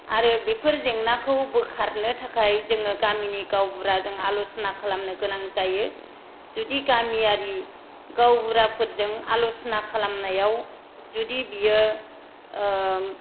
आरो बेफोर जेंनाखौ बोखारनो थाखाय जोङो गामिनि गावबुराजों आल'सना खालानो गोनां जायो जुदि गामियारि गावबुराफोरजों आल'सना खालामनायाव जुदि बियो